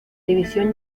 división